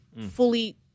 fully